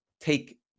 take